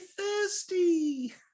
thirsty